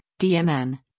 DMN